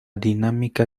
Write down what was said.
dinámica